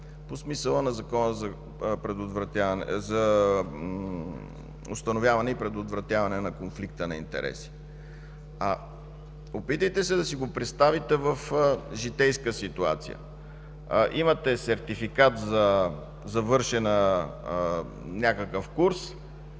по смисъла на Закона за установяване и предотвратяване на конфликта на интереси. Опитайте да си го представите в житейска ситуация. Имате сертификат за завършен някакъв курс.